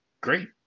Great